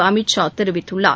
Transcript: அமித் ஷா தெரிவித்துள்ளார்